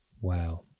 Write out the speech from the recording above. Wow